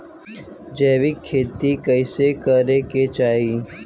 जैविक खेती कइसे करे के चाही?